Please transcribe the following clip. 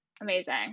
amazing